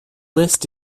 list